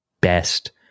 best